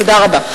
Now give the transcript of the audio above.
תודה רבה.